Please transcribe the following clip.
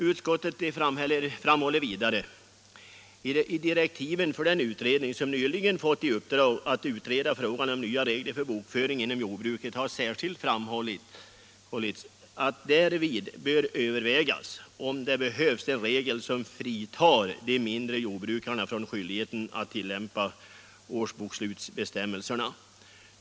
Utskottet framhåller vidare: ”I direktiven för den utredning, som nyligen fått i uppdrag att utreda frågan om nya regler för bokföringen inom jordbruket, har särskilt framhållits, att därvid bör övervägas om det behövs en regel som fritar de mindre jordbrukarna från skyldigheten att tillämpa årsbokslutsbestämmelserna.